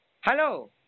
Hello